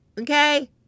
Okay